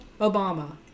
Obama